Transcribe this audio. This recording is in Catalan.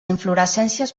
inflorescències